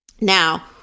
Now